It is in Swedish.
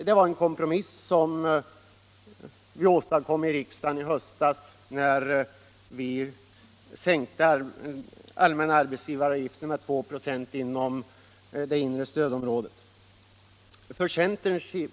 Det var en kompromiss som vi åstadkom i höstas i riksdagen när vi sänkte den allmänna arbetsgivaravgiften med 2 96 inom det inre stödområdet.